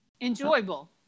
enjoyable